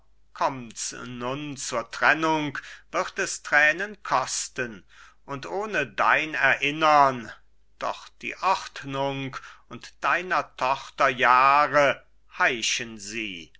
nun zur trennung wird es thränen kosten und ohne dein erinnern doch die ordnung und deiner tochter jahre heischen sie